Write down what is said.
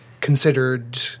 considered